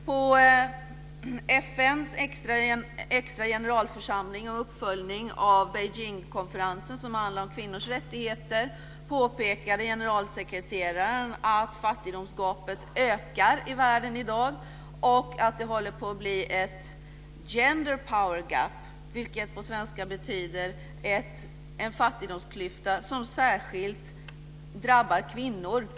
På FN:s extra generalförsamling och uppföljning av Beijingkonferensen, som handlade om kvinnors rättigheter, påpekade generalsekreteraren att fattigdomsgapet ökar i världen i dag och att det håller på att bli ett gender power gap, vilket på svenska betyder en fattigdomsklyfta som särskilt drabbar kvinnor.